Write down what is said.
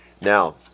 Now